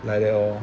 like that lor